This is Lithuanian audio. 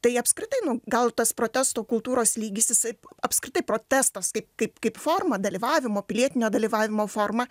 tai apskritai nu gal tas protesto kultūros lygis jisai apskritai protestas kaip kaip kaip forma dalyvavimo pilietinio dalyvavimo forma